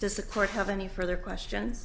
this a court have any further question